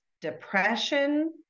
depression